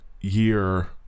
year